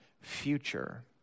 future